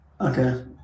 Okay